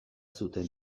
zuten